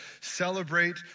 celebrate